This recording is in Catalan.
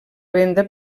venda